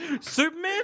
Superman